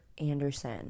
Anderson